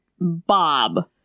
bob